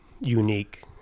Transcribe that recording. unique